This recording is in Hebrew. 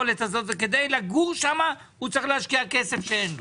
וכדי לגור שם הוא צריך להשקיע כסף שאין לו.